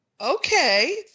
Okay